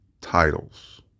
titles